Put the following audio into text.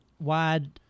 wide